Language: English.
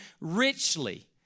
richly